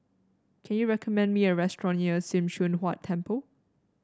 can you recommend me a restaurant near Sim Choon Huat Temple